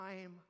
time